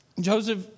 Joseph